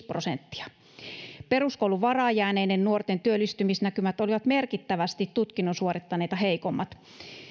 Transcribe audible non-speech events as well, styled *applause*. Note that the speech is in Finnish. *unintelligible* prosenttia peruskoulun varaan jääneiden nuorten työllistymisnäkymät olivat merkittävästi tutkinnon suorittaneita heikommat